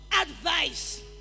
advice